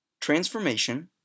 Transformation